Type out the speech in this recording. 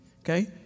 Okay